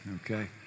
Okay